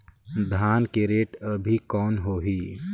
धान के रेट अभी कौन होही?